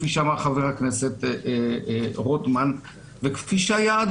כפי שאמר חבר הכנסת רוטמן וכפי שהיה עד